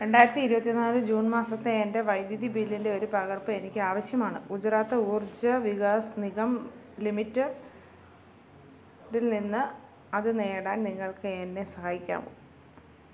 രണ്ടായിരത്തി ഇരുപത്തിന്നാല് ജൂൺ മാസത്തെ എൻ്റെ വൈദ്യുതി ബില്ലിൻ്റെ ഒരു പകർപ്പ് എനിക്ക് ആവശ്യമാണ് ഗുജറാത്ത് ഊർജ വികാസ് നിഗം ലിമിറ്റഡ് ഡിൽ നിന്ന് അത് നേടാൻ നിങ്ങൾക്ക് എന്നെ സഹായിക്കാമോ